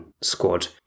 squad